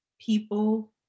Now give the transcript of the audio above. people